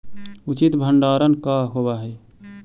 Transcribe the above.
उचित भंडारण का होव हइ?